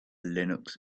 linux